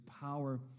power